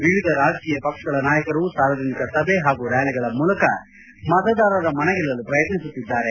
ವಿವಿಧ ರಾಜಕೀಯ ಪಕ್ಷಗಳ ನಾಯಕರು ಸಾರ್ವಜನಿಕ ಸಭೆ ಹಾಗೂ ರ್್ಯಾಲಿಗಳ ಮೂಲಕ ಮತದಾರರ ಮನಗೆಲ್ಲಲು ಪ್ರಯತ್ನಿಸುತ್ತಿದ್ದಾರೆ